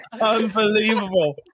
unbelievable